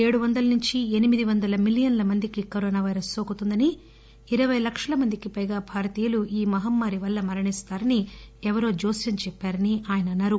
ఏడు వందల నుంచి ఎనిమిది వందల మిలియన్ల మందికి కరోనా పైరస్ నోకుతుందని ఇరపై లక్షల మందికి పైగా భారతీయులు ఈ మహమ్మారి వల్ల మరణిస్తారని ఎవరో జోస్యం చెప్పారని ఆయన అన్నారు